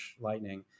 Lightning